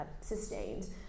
sustained